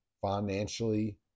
financially